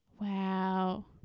Wow